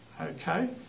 okay